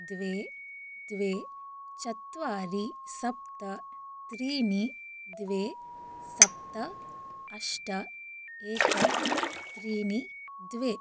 द्वे द्वे चत्वारि सप्त त्रीणि द्वे सप्त अष्ट एकं त्रीणि द्वे